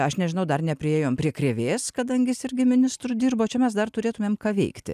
aš nežinau dar nepriėjom prie krėvės kadangi jis irgi ministru dirbo čia mes dar turėtumėm ką veikti